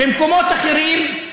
חבר הכנסת אחמד טיבי.